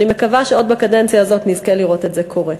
ואני מקווה שעוד בקדנציה הזאת נזכה לראות את זה קורה.